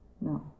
No